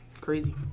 crazy